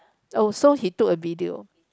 oh so he took a video